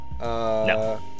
No